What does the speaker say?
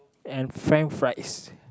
and french fries